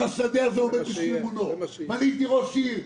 השדה הזה עומד בשיממונו ואני הייתי ראש עיר,